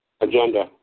Agenda